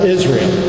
Israel